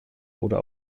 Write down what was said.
oder